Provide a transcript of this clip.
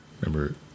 Remember